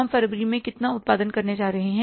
हम फरवरी में कितना उत्पादन करने जा रहे हैं